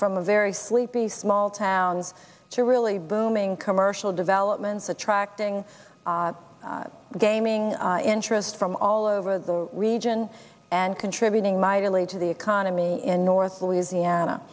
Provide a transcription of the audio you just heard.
from a very sleepy small town to really booming commercial developments attracting gaming interest from all over the region and contributing mightily to the economy in north louisiana